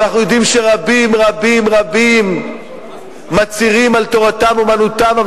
אנחנו יודעים שרבים רבים רבים מצהירים שתורתם אומנותם,